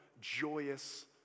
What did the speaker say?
joyous